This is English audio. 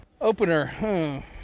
opener